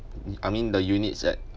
I mean the units at